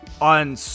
On